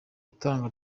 itangwa